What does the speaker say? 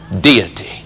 deity